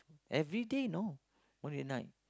everyday know morning and night